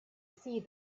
see